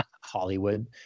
Hollywood